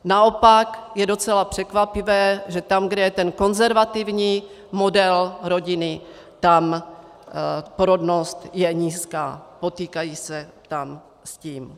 Naopak je docela překvapivé, že tam, kde je ten konzervativní model rodiny, tam je porodnost nízká, potýkají se tam s tím.